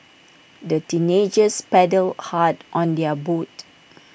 the teenagers paddled hard on their boat